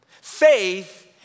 Faith